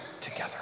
together